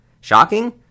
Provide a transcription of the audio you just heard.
Shocking